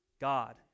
God